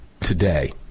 today